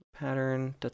Pattern